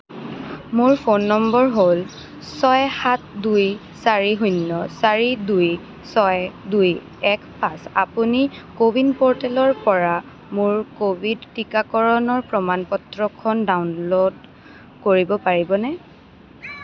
মোৰ phone number হ'ল ছয় সাত দুই চাৰি শূন্য় চাৰি দুই ছয় দুই এক পাঁচ আপুনি কোৱিন প'ৰ্টেলৰ পৰা মোৰ ক'ভিড টীকাকৰণৰ প্ৰমাণ পত্ৰখন ডাউনল'ড কৰিব পাৰিবনে